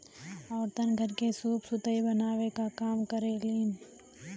औरतन घर के सूप सुतुई बनावे क काम करेलीन